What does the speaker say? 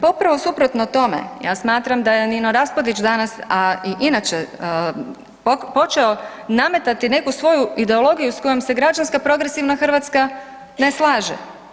Pa upravo suprotno tome, ja smatram da je Nino Raspudić danas, a i inače počeo nametati neku svoju ideologiju s kojom se građanska progresivna Hrvatska ne slaže.